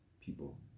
people